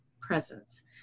presence